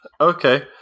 Okay